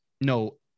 no